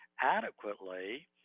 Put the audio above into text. adequately